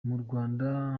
murwanda